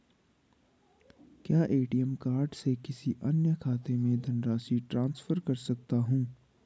क्या ATM card से किसी अन्य खाते में धनराशि ट्रांसफर कर सकता हूँ?